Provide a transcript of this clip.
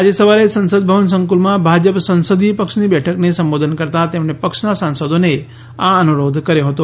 આજે સવારે સંસદ ભવન સંકુલમાં ભાજપ સંસદીય પક્ષની બેઠકને સંબોધન કરતાં તેમણે પક્ષના સાંસદોને આ અનુરોધ કર્યો હતો